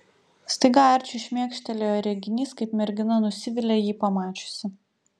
staiga arčiui šmėkštelėjo reginys kaip mergina nusivilia jį pamačiusi